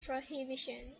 prohibition